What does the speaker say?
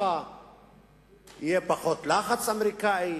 ככה יהיה פחות לחץ אמריקני,